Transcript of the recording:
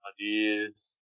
ideas